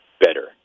better